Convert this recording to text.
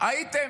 הייתם